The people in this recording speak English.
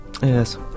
yes